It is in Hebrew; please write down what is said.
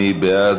מי בעד?